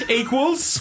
equals